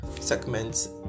segments